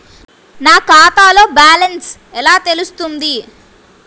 నా ఖాతాలో బ్యాలెన్స్ ఎలా తెలుస్తుంది?